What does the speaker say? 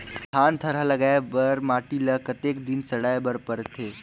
धान थरहा लगाय बर माटी ल कतेक दिन सड़ाय बर लगथे?